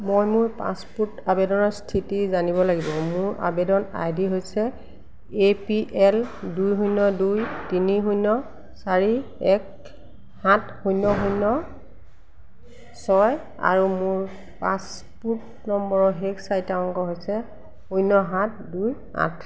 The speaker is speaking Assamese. মই মোৰ পাছপোৰ্ট আবেদনৰ স্থিতি জানিব লাগিব মোৰ আবেদন আইডি হৈছে এ পি এল দুই শূন্য় দুই তিনি শূন্য় চাৰি এক সাত শূন্য় শূন্য় ছয় আৰু মোৰ পাছপোৰ্ট নম্বৰৰ শেষৰ চাৰিটা অংক হৈছে শূন্য় সাত দুই আঠ